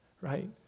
right